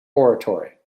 oratory